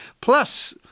Plus